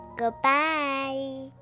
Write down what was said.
Goodbye